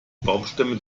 baumstämme